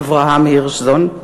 אברהם הירשזון.